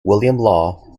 law